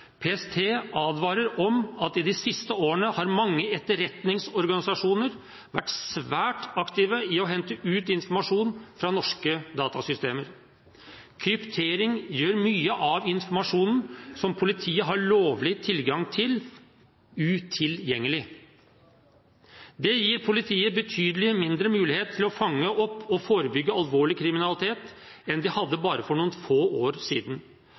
PST advarer om at i de siste årene har mange etterretningsorganisasjoner vært svært aktive i å uthente informasjon fra norske datasystemer. Kryptering gjør mye av informasjonen som politiet har lovlig tilgang til, utilgjengelig. Det gir politiet betydelig mindre mulighet til å fange opp og forebygge alvorlig kriminalitet enn de hadde bare for noen få år siden.